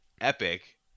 epic